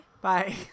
Bye